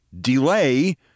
Delay